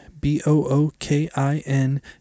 B-O-O-K-I-N